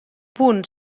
punt